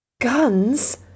Guns